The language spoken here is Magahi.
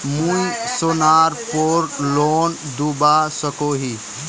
मुई सोनार पोर लोन लुबा सकोहो ही?